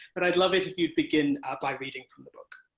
but i'd love it if you'd begin by reading from the book.